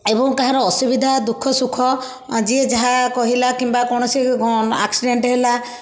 ଏବଂ କାହାର ଅସୁବିଧା ଦୁଃଖ ସୁଖ ଯିଏ ଯାହା କହିଲା କିମ୍ବା କୌଣସି ଆକ୍ସିଡ଼େଣ୍ଟ ହେଲା